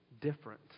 different